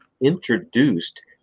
introduced